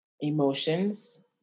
emotions